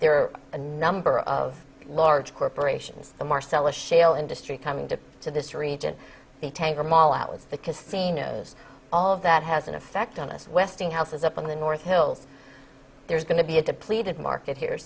there are a number of large corporations the marcellus shale industry coming to to this region the tanker mall out with the casinos all of that has an effect on us westinghouse is up on the north hills there's going to be a depleted market here